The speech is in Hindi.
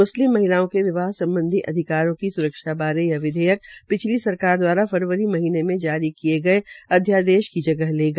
म्रस्लिम महिलाओं के विवाह सम्बधी अधिकारों की सुरक्षा बारे यह विधेयक पिछली सरकार द्वारा फरवरी महीने में जारी किये गये अध्यादेश की जगह लेगा